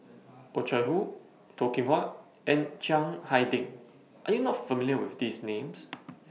Oh Chai Hoo Toh Kim Hwa and Chiang Hai Ding Are YOU not familiar with These Names